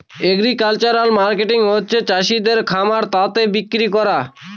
agricultural marketing হচ্ছে চাষিদের খামার থাকে বিক্রি করা